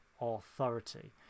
authority